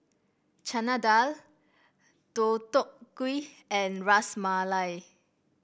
Chana Dal Deodeok Gui and Ras Malai